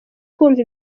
kumva